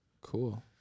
Cool